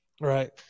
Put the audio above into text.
Right